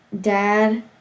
dad